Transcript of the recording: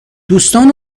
دوستان